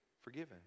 forgiven